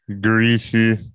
greasy